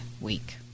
week